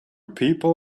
people